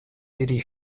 eddie